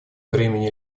бремени